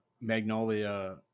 Magnolia